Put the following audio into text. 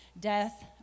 death